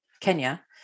Kenya